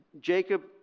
Jacob